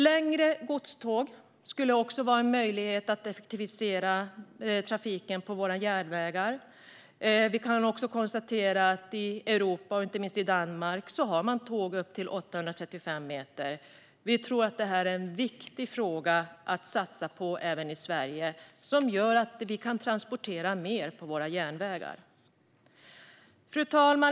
Längre godståg skulle också vara en möjlighet att effektivisera trafiken på våra järnvägar. I Europa, och inte minst i Danmark, har man tåg som är upp till 835 meter långa. Detta är viktigt att satsa på även i Sverige. Det skulle göra att vi kan transportera mer på våra järnvägar.